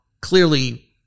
clearly